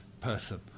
person